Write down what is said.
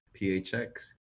PHX